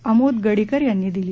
आमोद गडीकर यांनी दिली